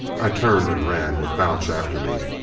i turned and ran, with balch after me.